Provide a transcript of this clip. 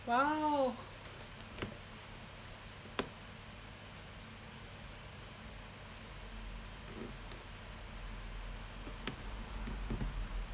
!wow!